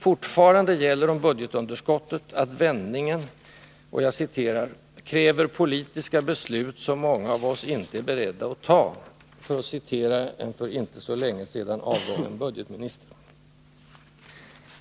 Fortfarande gäller om budgetunderskottet att vändningen ”kräver politiska beslut som många av oss inte är beredda att ta”, för att citera en för inte så länge sedan avgången budgetminister.